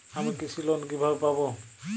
আমি কৃষি লোন কিভাবে পাবো?